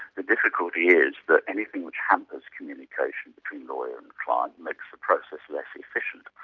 the difficulty is that anything that hampers communication between lawyer and client makes the process less efficient.